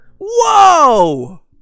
Whoa